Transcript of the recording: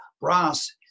brass